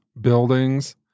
buildings